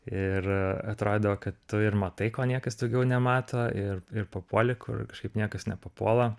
ir atrodydavo kad tu ir matai ko niekas daugiau nemato ir ir papuoli kur kažkaip niekas nepapuola